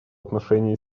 отношении